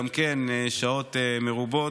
גם כן שעות מרובות.